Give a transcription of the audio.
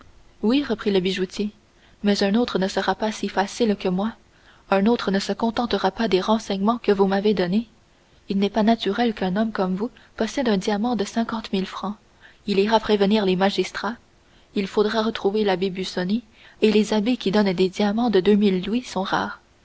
oui reprit le bijoutier mais un autre ne sera pas si facile que moi un autre ne se contentera pas des renseignements que vous m'avez donnés il n'est pas naturel qu'un homme comme vous possède un diamant de cinquante mille francs il ira prévenir les magistrats il faudra retrouver l'abbé busoni et les abbés qui donnent des diamants de deux mille louis sont rares